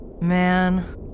Man